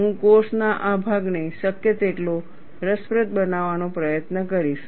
હું કોર્સ ના આ ભાગને શક્ય તેટલો રસપ્રદ બનાવવાનો પ્રયત્ન કરીશ